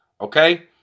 Okay